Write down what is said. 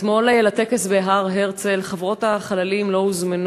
לטקס בהר-הרצל אתמול, חברות החללים לא הוזמנו.